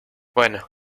bueno